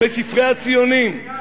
בספרי הציונים,